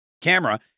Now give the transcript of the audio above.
camera